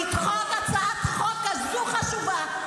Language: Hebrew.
לדחות הצעת חוק כזו חשובה.